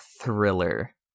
thriller